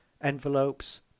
envelopes